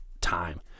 time